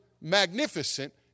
magnificent